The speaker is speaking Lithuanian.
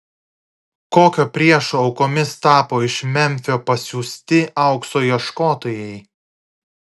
kokio priešo aukomis tapo iš memfio pasiųsti aukso ieškotojai